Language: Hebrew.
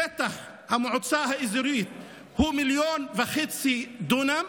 שטח המועצה האזורית הוא 1.5 מיליון דונם,